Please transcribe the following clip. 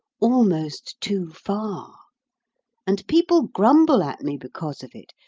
almost too far and people grumble at me because of it.